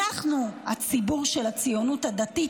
אנחנו" הציבור של הציונות הדתית,